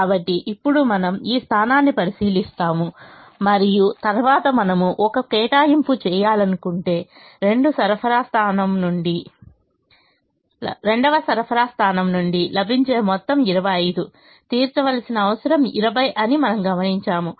కాబట్టి ఇప్పుడు మనము ఈ స్థానాన్ని పరిశీలిస్తాము మరియు తరువాత మనము ఒక కేటాయింపు చేయాలనుకుంటే రెండవ సరఫరా స్థానం నుండి లభించే మొత్తం 25 తీర్చవలసిన అవసరం 20 అని మనము గమనించాము